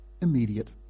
immediate